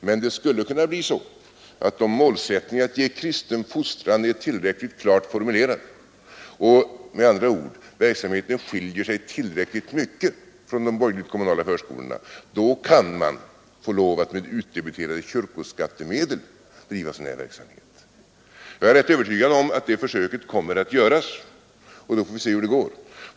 Men det skulle kunna bli så att om målsättningen att ge kristen fostran är tillräckligt klart formulerad och med andra ord verksamheten skiljer sig tillräckligt mycket från de borgerliga kommunala förskolornas, då kan man med utdebiterade kyrkoskattemedel bedriva sådan här verksamhet. Jag är rätt övertygad om att detta försök kommer att göras, och då får vi se hur det går.